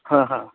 हां हां